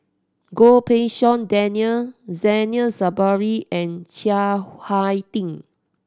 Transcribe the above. Goh Pei Siong Daniel Zainal Sapari and Chiang Hai Ding